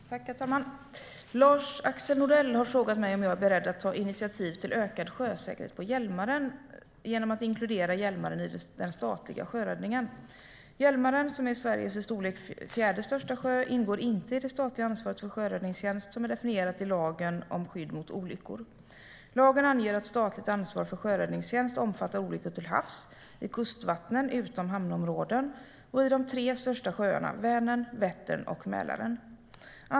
Herr talman! Lars-Axel Nordell har frågat mig om jag är beredd att ta initiativ till ökad sjösäkerhet på Hjälmaren genom att inkludera Hjälmaren i den statliga sjöräddningen. Hjälmaren, som är Sveriges i storlek fjärde största sjö, ingår inte i det statliga ansvaret för sjöräddningstjänst, som är definierat i lagen om skydd mot olyckor. Lagen anger att statligt ansvar för sjöräddningstjänst omfattar olyckor till havs, i kustvattnen utom hamnområden och i de tre största sjöarna Vänern, Vättern och Mälaren.